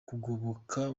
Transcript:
kugoboka